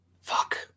Fuck